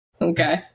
Okay